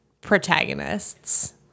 protagonists